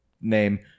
name